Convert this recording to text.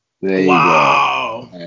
Wow